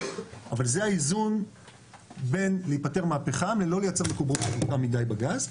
אבל זה איזון בין להפטר מהפחם ולא לייצר מקובעות גדולה מדי בגז.